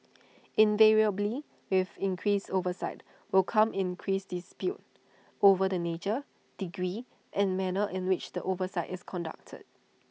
invariably with increased oversight will come increased disputes over the nature degree and manner in which the oversight is conducted